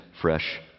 fresh